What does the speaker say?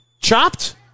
Chopped